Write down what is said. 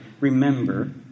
Remember